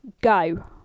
go